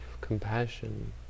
compassion